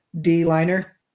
D-Liner